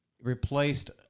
replaced